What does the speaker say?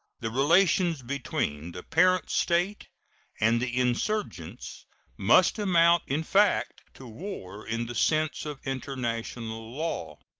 the relations between the parent state and the insurgents must amount in fact to war in the sense of international law.